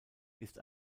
ist